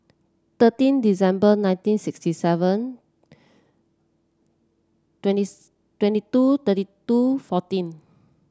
thirteen December nineteen sixty seven twenty twenty two thirty two fourteen